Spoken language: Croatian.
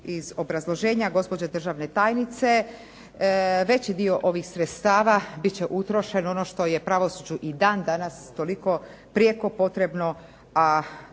iz obrazloženja gospođe državne tajnice veći dio ovih sredstava bit će utrošen, ono što je pravosuđu i dan danas toliko prijeko potrebno